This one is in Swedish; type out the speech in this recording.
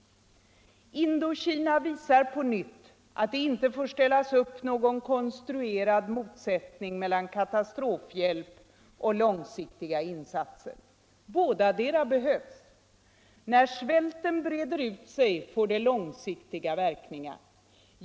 Indokina visar på nytt att det inte får ställas upp någon konstruerad motsättning mellan katastrofhjälp och långsiktiga verkningar.